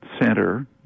center